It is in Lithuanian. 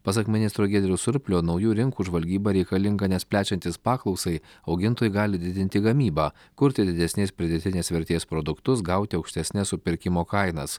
pasak ministro giedriaus surplio naujų rinkų žvalgyba reikalinga nes plečiantis paklausai augintojai gali didinti gamybą kurti didesnės pridėtinės vertės produktus gauti aukštesnes supirkimo kainas